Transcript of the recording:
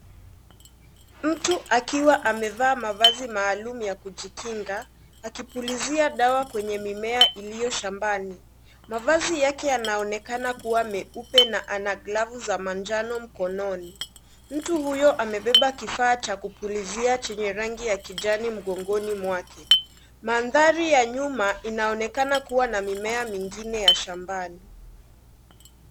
Mtu akiwa amevaa mavazi maalumu ya kujikinga akipulizia dawa kwenye mimea iliyo shambani. Mavazi yake yanaonekana kuwa meupe na ana glovu za manjano mkononi. Mtu huyo amebeba kifaa cha kupulizia chenye rangi ya kijani mgongoni mwake. Mandhari ya nyuma inaonekana kuwa na mimea mingine ya shambani.